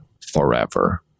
forever